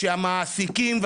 שהמעסיקים,